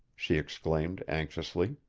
she exclaimed anxiously.